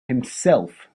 himself